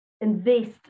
invest